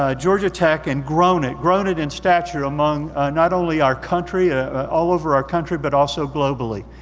ah georgia tech and grown it, grown it in stature among not only our country, ah all over our country but also globally.